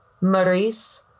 Maurice